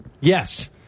Yes